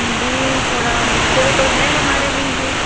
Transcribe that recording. जी थोड़ा मुश्किल तो है हमारे लिए ये